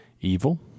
evil